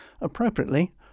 appropriately